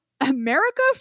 America